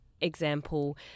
example